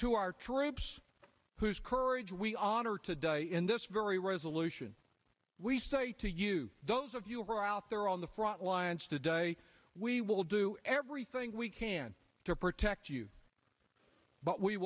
to our troops whose courage we honor today in this very resolution we say to you those of you are out there on the frontlines today we will do everything we can to protect you but we